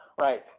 Right